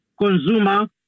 consumer